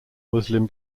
muslim